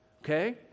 Okay